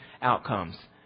outcomes